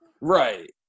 Right